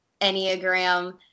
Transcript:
Enneagram